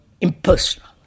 impersonal